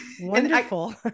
Wonderful